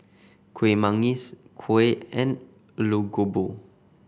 Kueh Manggis kuih and Aloo Gobi